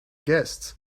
guests